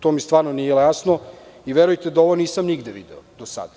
To mi stvarno nije jasno i verujte da ovo nigde nisam video do sada.